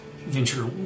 venture